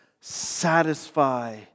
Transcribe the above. satisfy